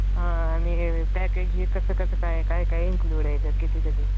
हा आणि पॅकेजी कसं कसं काय काय काय इन्क्लूड आहे त्यात किती